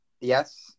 yes